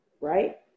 right